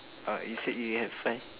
uh you said you have five